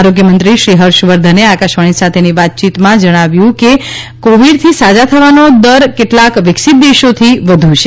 આરોગ્યમંત્રી શ્રી હર્ષવર્ધને આકાશવાણી સાથેની ખાસ વાતચીતમાં જણાવ્યું છે કે કોવિડથી સાજા થનારનો દર કેટલાંક વિકસિત દેશોથી વધુ છે